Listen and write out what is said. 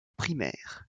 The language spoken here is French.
primaire